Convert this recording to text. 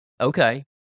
Okay